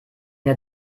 der